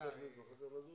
שאנחנו מסכימים עליו.